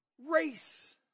race